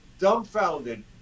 dumbfounded